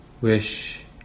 wish